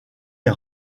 est